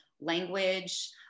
language